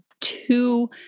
two